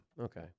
Okay